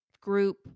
group